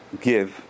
give